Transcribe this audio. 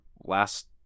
last